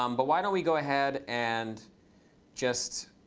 um but why don't we go ahead and just